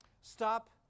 Stop